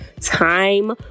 time